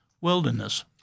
wilderness